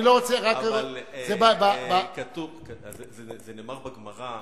אני לא רוצה, רק --- זה נאמר בגמרא.